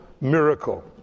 miracle